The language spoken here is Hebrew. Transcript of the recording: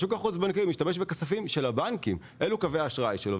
השוק החוץ-בנקאי משתמש בכספים של הבנקים; אלו קווי האשראי שלו.